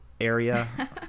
area